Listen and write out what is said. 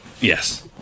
yes